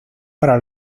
para